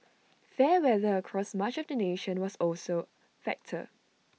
fair weather across much of the nation also was factor